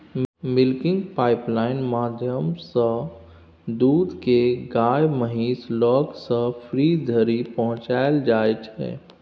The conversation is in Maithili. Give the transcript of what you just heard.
मिल्किंग पाइपलाइन माध्यमसँ दुध केँ गाए महीस लग सँ फ्रीज धरि पहुँचाएल जाइ छै